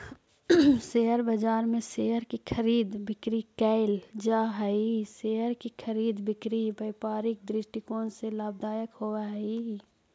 share बाजार में share की खरीद बिक्री कैल जा हइ शेयर के खरीद बिक्री व्यापारिक दृष्टिकोण से लाभदायक होवऽ हइ